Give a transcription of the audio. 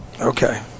Okay